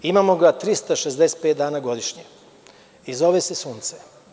Imamo ga 365 dana godišnje i zove se sunce.